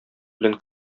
белән